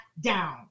down